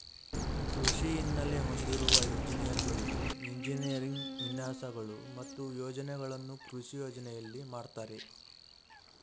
ಕೃಷಿ ಹಿನ್ನೆಲೆ ಹೊಂದಿರುವ ಎಂಜಿನಿಯರ್ಗಳು ಎಂಜಿನಿಯರಿಂಗ್ ವಿನ್ಯಾಸಗಳು ಮತ್ತು ಯೋಜನೆಗಳನ್ನು ಕೃಷಿ ಯೋಜನೆಯಲ್ಲಿ ಮಾಡ್ತರೆ